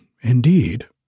indeed